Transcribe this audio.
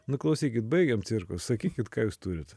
nu klausykit baigiam cirkus sakykit ką jūs turit